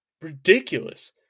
ridiculous